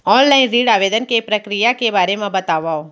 Online ऋण आवेदन के प्रक्रिया के बारे म बतावव?